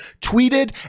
tweeted